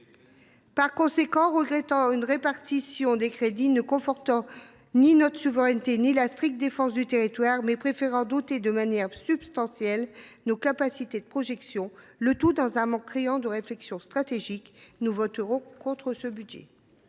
! Nous regrettons une répartition des crédits ne confortant ni notre souveraineté ni la stricte défense du territoire, mais préférant doter de manière substantielle nos capacités de projection, le tout dans un manque criant de réflexion stratégique. Par conséquent, nous voterons contre ce budget.